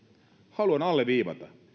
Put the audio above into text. haluan alleviivata